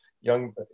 young